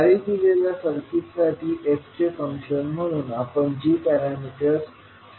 खाली दिलेल्या सर्किटसाठी s चे फंक्शन म्हणून आपल्याला g पॅरामीटर्स शोधायचे आहेत